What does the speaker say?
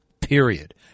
Period